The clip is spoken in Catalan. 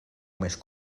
més